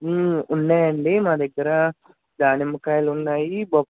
ఉన్నాయండీ మా దగ్గరా దానిమ్మ కాయలు ఉండాయి బొప్